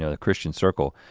the christian circle,